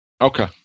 okay